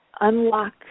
unlock